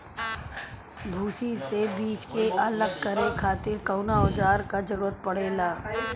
भूसी से बीज के अलग करे खातिर कउना औजार क जरूरत पड़ेला?